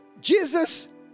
Jesus